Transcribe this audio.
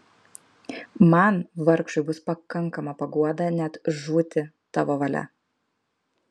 man vargšui bus pakankama paguoda net žūti tavo valia